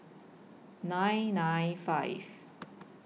nine nine five